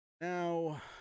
Now